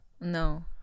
No